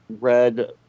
red